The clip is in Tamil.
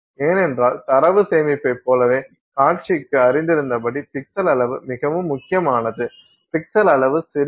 ஏனென்றால் தரவு சேமிப்பைப் போலவே காட்சிக்கு அறிந்திருந்தபடி பிக்சல் அளவு மிகவும் முக்கியமானது பிக்சல் அளவு சிறியது